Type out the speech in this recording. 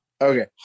Okay